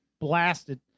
blasted